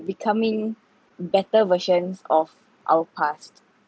becoming better versions of our past